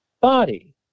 body